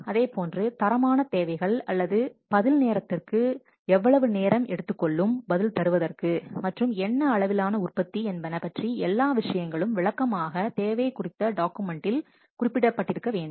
அதேபோன்று தரமான தேவைகள் அல்லது பதில் நேரத்திற்கு அதாவது எவ்வளவு நேரம் எடுத்துக்கொள்ளும் பதில் தருவதற்கு மற்றும் என்ன அளவிலான உற்பத்தி என்பன பற்றிய எல்லா விஷயங்களும் விளக்கமாக தேவை குறித்த டாக்குமெண்டில் குறிப்பிட்டிருக்க வேண்டும்